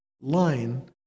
line